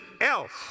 else